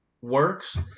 works